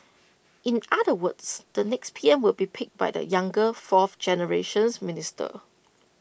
in other words the next P M will be picked by the younger fourth generations ministers